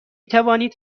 توانید